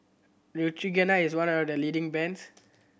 Neutrogena is one of the leading brands